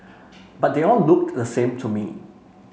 but they all looked the same to me